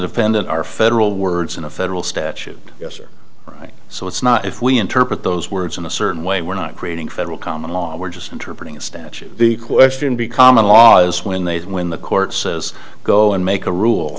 defendant are federal words in a federal statute yes or right so it's not if we interpret those words in a certain way we're not creating federal common law we're just interpreting a statute the question be common laws when they when the court says go and make a rule